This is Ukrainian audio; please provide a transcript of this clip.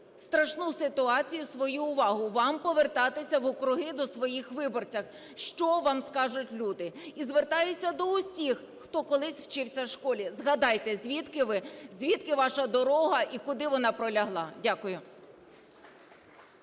страшну ситуацію свою увагу. Вам повертатися в округи до своїх виборців. Що вам скажуть люди? І звертаюся до усіх, хто колись вчився у школі: згадайте, звідки ви, звідки ваша дорога і куди вона пролягла. Дякую.